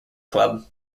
club